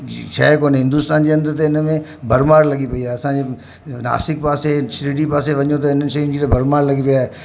शइ कोन्हे हिंदुस्तान जे अंदरि त हिन में भरमार लॻी पई आहे असांजे नासिक पासे शिरडी पासे वञो त हिन शयुनि जी त भरमार लॻी पई आहे